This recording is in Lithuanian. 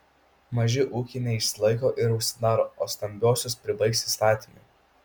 maži ūkiai neišsilaiko ir užsidaro o stambiuosius pribaigs įstatymai